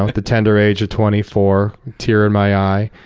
like the tender age of twenty four, tear in my eye.